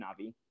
Navi